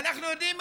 ואנחנו יודעים,